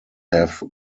have